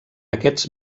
aquests